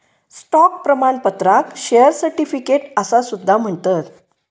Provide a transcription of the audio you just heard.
stock प्रमाणपत्राक share certificate असा सुद्धा म्हणतत